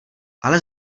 ale